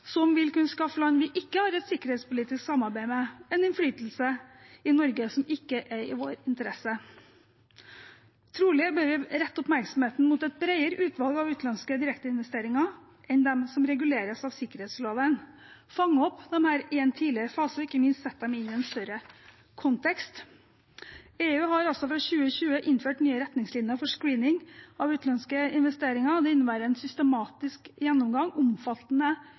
som vil kunne skaffe land vi ikke har et sikkerhetspolitisk samarbeid med, en innflytelse i Norge som ikke er i vår interesse. Trolig bør vi rette oppmerksomheten mot et bredere utvalg av utenlandske direkteinvesteringer enn de som reguleres av sikkerhetsloven, fange opp disse i en tidligere fase og ikke minst sette dem inn i en større kontekst. EU har altså fra 2020 innført nye retningslinjer for screening av utenlandske investeringer, og det innebærer en systematisk gjennomgang, omfattende